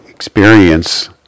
Experience